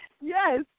yes